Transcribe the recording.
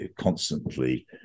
Constantly